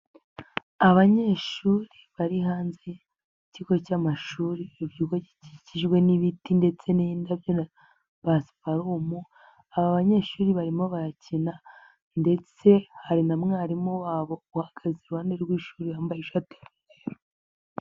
Abanyeshuri bari hanze y'ikigo cy'amashuri, ikigo gikikijwe n'ibiti ndetse n'indabyo na pasiparumu, aba banyeshuri barimo barakina ndetse hari na mwarimu wabo, uhagaze iruhande rw'ishuri yambaye ishati y'umweru.